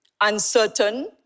uncertain